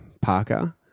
Parker